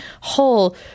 whole